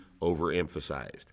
overemphasized